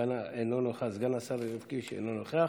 אינו נוכח.